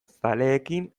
zaleekin